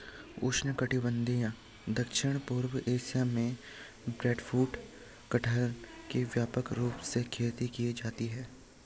उष्णकटिबंधीय दक्षिण पूर्व एशिया में ब्रेडफ्रूट कटहल की व्यापक रूप से खेती की जाती है